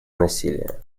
насилия